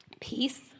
peace